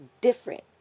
different